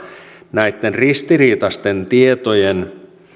näitten ristiriitaisten tietojen